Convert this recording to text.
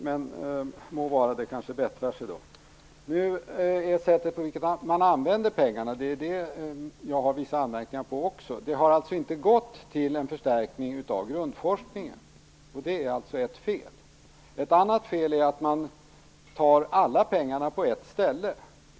Men det må så vara, det kanske bättrar sig. Jag har också vissa anmärkningar mot det sätt på vilket man använder pengarna. De har inte gått till en förstärkning av grundforskningen, vilket är ett fel. Ett annat fel är att man tar alla pengarna på ett ställe.